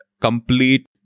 complete